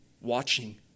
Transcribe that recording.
watching